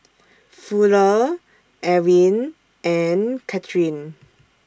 Fuller Ewin and Cathrine